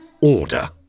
order